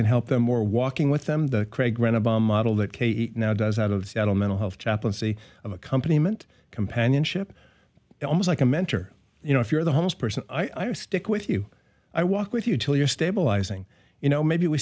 can help them or walking with them the craig ran a bomb model that now does out of seattle mental health chaplaincy of a company meant companionship almost like a mentor you know if you're the homeless person i stick with you i walk with you till you're stabilizing you know maybe we